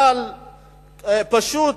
אבל פשוט,